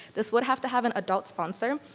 this would have to have an adult sponsor,